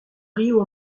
río